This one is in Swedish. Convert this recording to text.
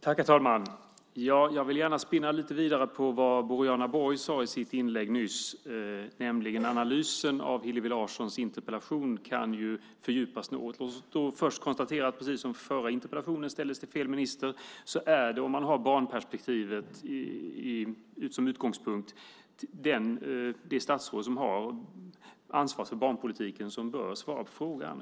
Herr talman! Jag vill gärna spinna vidare på vad Boriana Åberg sade i sitt inlägg nyss. Analysen av Hillevi Larssons interpellation kan fördjupas något. Jag konstaterar att precis som förra interpellationen ställdes till fel minister är det om man har barnperspektivet som utgångspunkt det statsråd som har ansvar för barnpolitiken som bör svara på frågan.